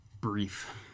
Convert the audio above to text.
brief